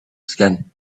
skin